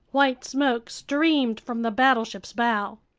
white smoke streamed from the battleship's bow.